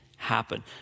Happen